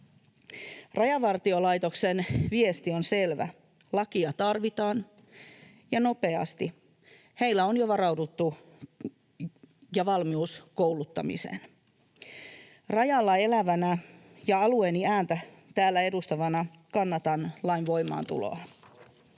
Rajavartiolaitoksen viesti on selvä: lakia tarvitaan ja nopeasti. Heillä on jo varauduttu ja valmius kouluttamiseen. Rajalla elävänä ja alueeni ääntä täällä edustavana kannatan lain voimaantuloa.